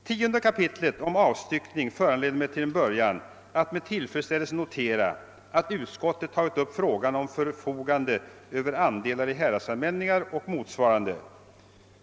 10 kap. om avstyckning föranleder mig till en början att med tillfredsställelse notera, att utskottet tagit upp frågan om förfogande över andelar i häradsallmänningar och motsvarande.